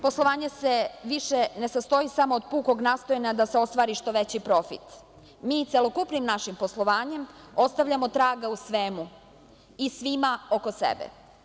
Poslovanje se više ne sastoji samo od pukog nastojanja da se ostvari što veći profit, mi celokupnim našim poslovanjem ostavljamo traga u svemu i svima oko sebe.